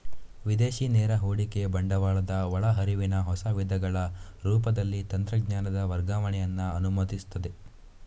ವಿದೇಶಿ ನೇರ ಹೂಡಿಕೆ ಬಂಡವಾಳದ ಒಳ ಹರಿವಿನ ಹೊಸ ವಿಧಗಳ ರೂಪದಲ್ಲಿ ತಂತ್ರಜ್ಞಾನದ ವರ್ಗಾವಣೆಯನ್ನ ಅನುಮತಿಸ್ತದೆ